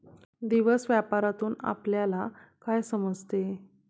दिवस व्यापारातून आपल्यला काय समजते